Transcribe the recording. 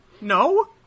no